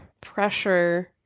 pressure